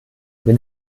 wenn